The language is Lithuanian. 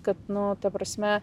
kad nu ta prasme